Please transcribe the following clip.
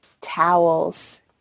towels